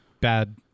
bad